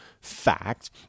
fact